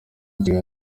iki